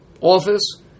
office